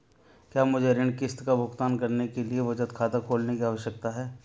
क्या मुझे ऋण किश्त का भुगतान करने के लिए बचत खाता खोलने की आवश्यकता है?